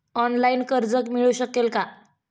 Online कर्ज मिळू शकेल का?